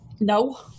No